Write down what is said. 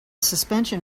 suspension